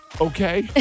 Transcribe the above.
Okay